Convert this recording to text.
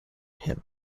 him